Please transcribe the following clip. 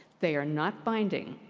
they are not binding.